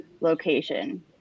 location